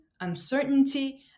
uncertainty